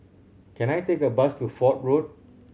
can I take a bus to Fort Road